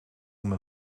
met